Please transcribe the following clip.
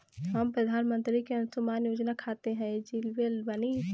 हम प्रधानमंत्री के अंशुमान योजना खाते हैं एलिजिबल बनी?